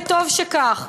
וטוב שכך,